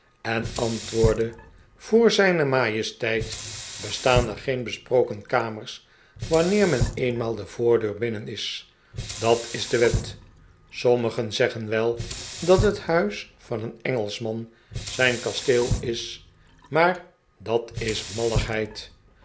en antwoordde voor zijne majesteit bestaan er geen besproken kamers wanneer men eenmaal de voordeur binnen is dat is de wet sommigen zeggen wel dat het huis van een engelschman zijn kasteel is maar dat is malligheid